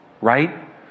right